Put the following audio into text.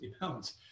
pounds